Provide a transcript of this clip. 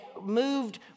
moved